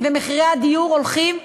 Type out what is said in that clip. ומחירי הדיור הולכים ועולים.